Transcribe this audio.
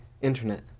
internet